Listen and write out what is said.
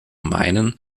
meinen